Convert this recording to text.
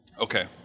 Okay